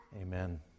Amen